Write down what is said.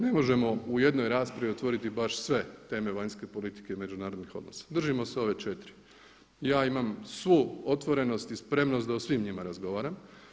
Ne možemo u jednoj raspravi otvoriti baš sve teme vanjske politike i međunarodnih odnosa, držimo se ove 4. Ja imam svu otvorenost i spremnost da o svim njima razgovaram.